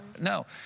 no